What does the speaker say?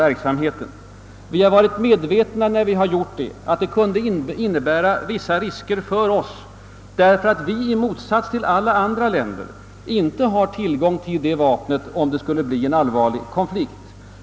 Vi har, när vi har gjort det, varit medvetna om att det kunde innebära vissa risker för oss, därför att vi i motsats till alla andra länder inte har tillgång till kärnvapen, om det skulle bli en allvarlig konflikt.